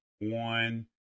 one